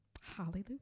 Hallelujah